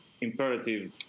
imperative